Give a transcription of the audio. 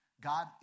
God